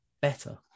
better